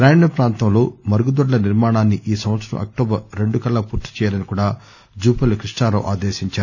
గ్రామీణ ప్రాంతంలో మరుగుదొడ్ల నిర్మాణాన్ని ఈ సంవత్సరం అక్టోబర్ రెండు కల్లా పూర్తి చేయాలని కూడా జుపల్లి కృష్ణారావు ఆదేశించారు